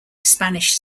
spanish